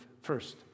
first